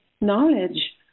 knowledge